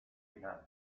final